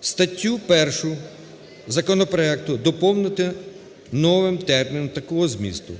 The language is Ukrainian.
Статтю 1 законопроекту доповнити новим терміном такого змісту: